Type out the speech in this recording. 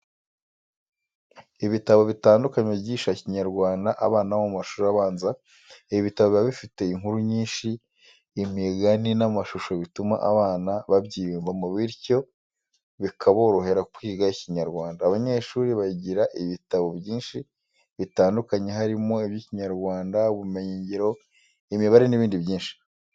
Ibitabo bitandukanye byigisha ikinyarwanda abana bo mu mashuri abanza, ibi bitabo biba bifite inkuru nyinshi, imigani n'amashusho bituma abana babyiyumvamo bityo bikaborohera kwiga ikinyarwanda. Abanyeshuri bagira ibitabo byinshi bitandukanye harimo iby'ikinyarwanda, ubumenyingiro, imibare n'ibindi byinshi.